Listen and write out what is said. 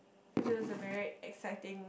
it was a very exciting